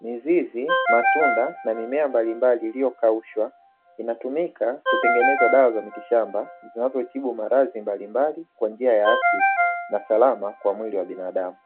Mizizi, matunda na mimea mbalimbali iliyokaushwa inatumika kutengeneza dawa za miti shamba zinazotumika kutibu magonjwa mbalimbali kwa njia ya asili na salama kwa mwili wa binadamu